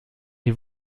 die